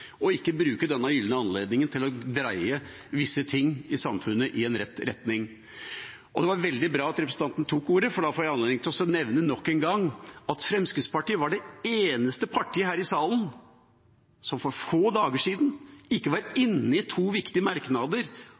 ikke bruke denne gylne anledningen til å dreie visse ting i samfunnet i en rett retning. Det var veldig bra at representanten tok ordet, for da får jeg anledning til nok en gang å nevne at Fremskrittspartiet var det eneste partiet her i salen som for få dager siden ikke var inne i to viktige merknader